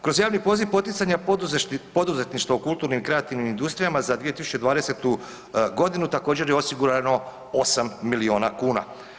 Kroz javni poziv poticanja poduzetništva u kulturnim i kreativnim industrijama za 2020.g. također je osigurano 8 milijona kuna.